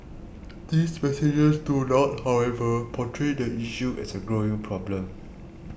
these messages do not however portray the issue as a growing problem